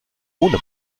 ohne